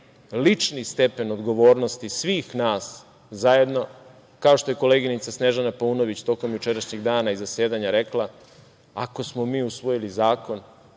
lični stepen odgovornosti svih nas zajedno, kao što je koleginica Snežana Paunović tokom jučerašnjeg dana i zasedanja rekla, ako smo mi usvojili zakon